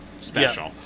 Special